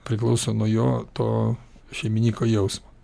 priklauso nuo jo to šeiminyko jausmo